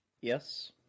Yes